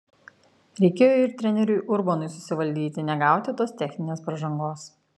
reikėjo ir treneriui urbonui susivaldyti negauti tos techninės pražangos